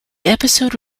episode